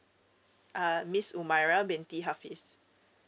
uh miss umairuh binti hafiz